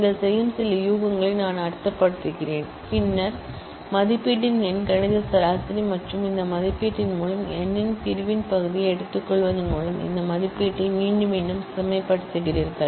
நீங்கள் செய்யும் சில அசம்ப்ஷன்களை நான் அர்த்தப்படுத்துகிறேன் பின்னர் அரித்மேட்டிக் மீன் மற்றும் இந்த கோஷன்ட் மூலம் n இன் பிரிவின் பகுதியை எடுத்துக்கொள்வதன் மூலம் இந்த மதிப்பீட்டை மீண்டும் மீண்டும் செம்மைப்படுத்துகிறீர்கள்